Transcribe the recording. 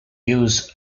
use